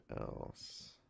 else